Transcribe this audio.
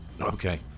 Okay